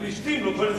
פלישתים, לא פלסטינים.